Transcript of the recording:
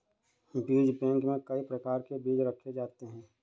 बीज बैंक में कई प्रकार के बीज रखे जाते हैं